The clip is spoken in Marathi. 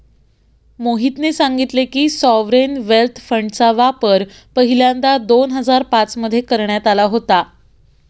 मोहितने सांगितले की, सॉवरेन वेल्थ फंडचा वापर पहिल्यांदा दोन हजार पाच मध्ये करण्यात आला होता